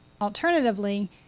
Alternatively